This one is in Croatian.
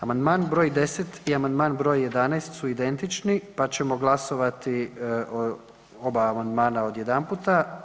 Amandman br. 10 i amandman br. 11 su identični pa ćemo glasovati o ova amandmana odjedanputa.